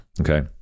Okay